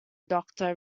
doctor